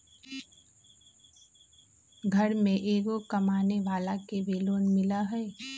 घर में एगो कमानेवाला के भी लोन मिलहई?